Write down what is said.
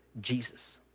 Jesus